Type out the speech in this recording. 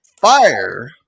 fire